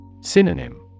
Synonym